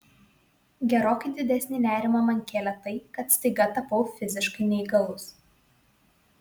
gerokai didesnį nerimą man kėlė tai kad staiga tapau fiziškai neįgalus